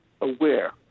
aware